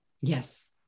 Yes